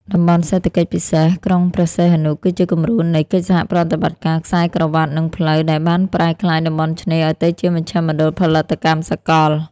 តំបន់សេដ្ឋកិច្ចពិសេសក្រុងព្រះសីហនុ គឺជាគំរូនៃកិច្ចសហប្រតិបត្តិការ "ខ្សែក្រវាត់ និងផ្លូវ" ដែលបានប្រែក្លាយតំបន់ឆ្នេរឱ្យទៅជាមជ្ឈមណ្ឌលផលិតកម្មសកល។